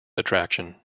attraction